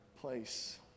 place